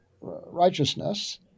righteousness